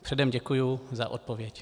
Předem děkuji za odpověď.